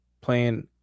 playing